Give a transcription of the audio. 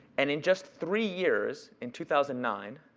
and in just three years, in two thousand nine,